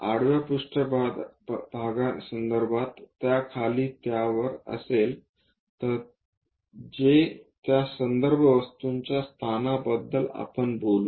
आडवा पृष्ठभागासंदर्भात त्याखाली त्यावर असेल तर जे त्या संदर्भ वस्तूच्या स्थानाबद्दल आपण बोलू